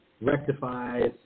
rectifies